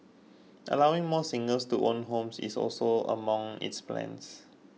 allowing more singles to own homes is also among its plans